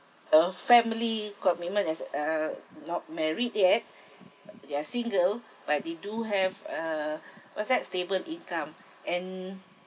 a family commitment as uh not married yet they are single but they do have uh what's that stable income and